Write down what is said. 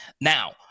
now